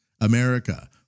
America